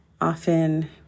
often